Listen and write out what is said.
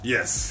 Yes